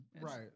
Right